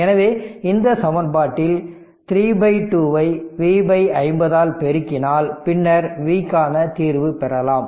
எனவே இந்த சமன்பாட்டில் 3 2 ஐ V 50 பெருக்கினால் பின்னர் V க்கான தீர்வு பெறலாம்